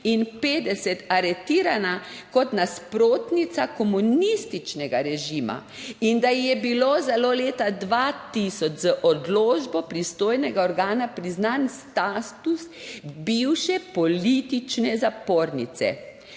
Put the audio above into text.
in 50 aretirana kot nasprotnica komunističnega režima in da je bilo celo leta 2000 z odločbo pristojnega organa priznan status bivše politične zapornice.